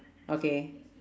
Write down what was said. okay